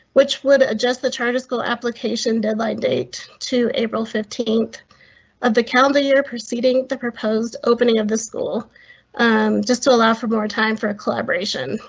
which would adjust the charter school application deadline date to april fifteenth of the calendar year preceding the proposed opening of the school um just to allow for more time for a collaboration.